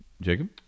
Jacob